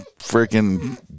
freaking